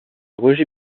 roger